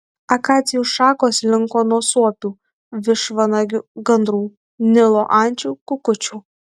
akacijų šakos linko nuo suopių vištvanagių gandrų nilo ančių kukučių